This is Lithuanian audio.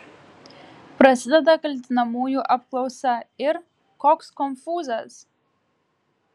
prasideda kaltinamųjų apklausa ir koks konfūzas